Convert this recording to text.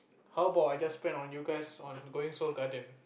how about I just spend on you guys on going Seoul-Garden